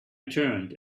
turned